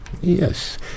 Yes